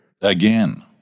again